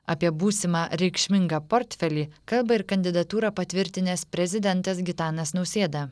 apie būsimą reikšmingą portfelį kalba ir kandidatūrą patvirtinęs prezidentas gitanas nausėda